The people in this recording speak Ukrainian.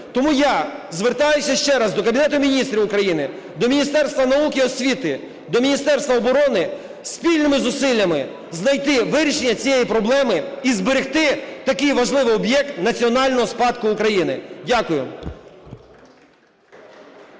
Тому я звертаюся ще раз до Кабінету Міністрів України, до Міністерства науки і освіти, до Міністерства оборони: спільними зусиллями знайти вирішення цієї проблеми і зберегти такий важливий об'єкт національного спадку України. Дякую.